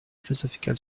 philosophical